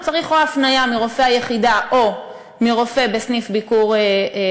הוא צריך או הפניה מרופא היחידה או מרופא בסניף "ביקורופא",